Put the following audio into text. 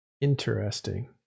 interesting